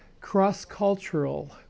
cross-cultural